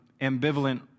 ambivalent